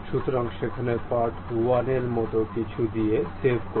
সুতরাং সেখানে part 1a এর মত কিছু দিয়ে সেভ করুন